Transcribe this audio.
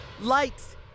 Lights